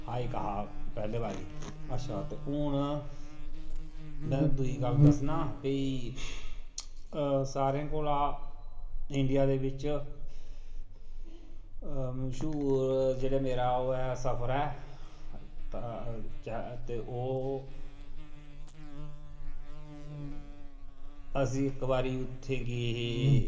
hike हा पैह्ले बारी अच्छा ते हून में दूई गल्ल दस्सना भई सारें कोला इंडिया दे बिच मश्हूर जेह्ड़ा मेरा ओह् ऐ सफर ऐ ते ओह् अस इक बारी उत्थें गे हे